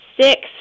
six